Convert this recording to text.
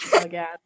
again